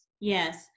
Yes